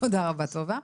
תודה רבה, טובה.